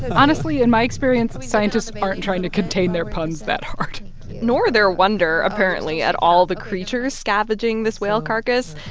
but honestly, in my experience, scientists aren't and trying to contain their puns that hard nor their wonder, apparently, at all the creatures scavenging this whale carcass.